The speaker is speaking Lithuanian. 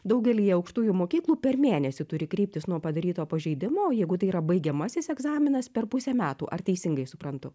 daugelyje aukštųjų mokyklų per mėnesį turi kreiptis nuo padaryto pažeidimo jeigu tai yra baigiamasis egzaminas per pusę metų ar teisingai suprantu